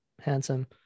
handsome